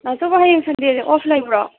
ꯗꯥ ꯆꯧꯕ ꯍꯌꯦꯡ ꯁꯟꯗꯦꯁꯦ ꯑꯣꯐ ꯂꯩꯕ꯭ꯔꯣ